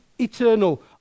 eternal